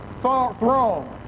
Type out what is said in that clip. throne